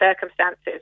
circumstances